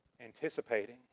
anticipating